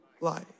life